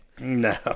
No